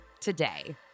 today